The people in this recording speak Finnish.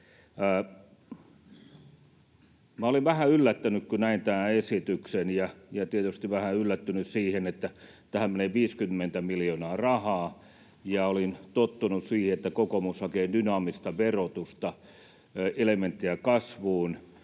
Olin vähän yllättynyt, kun näin tämän esityksen, ja tietysti vähän yllättynyt, että tähän menee 50 miljoonaa rahaa. Olin tottunut siihen, että kokoomus hakee dynaamista verotusta ja elementtejä kasvuun,